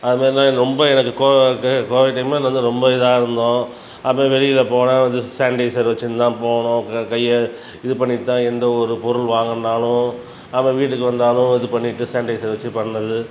அது மாரிலாம் ரொம்ப எனக்கு கோவிட் டைமில் வந்து ரொம்ப இதாக இருந்தோம் அப்புறம் வெளியில் போனால் வந்து சானிடைஸர் வச்சின்னுதான் போகணும் கையை இது பண்ணிட்டு தான் எந்த ஒரு பொருள் வாங்கணும்னாலும் அப்புறம் வீட்டுக்கு வந்தாலும் இது பண்ணிட்டு சானிடைஸர் வச்சு பண்றது